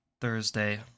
Thursday